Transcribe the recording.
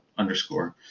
underscore.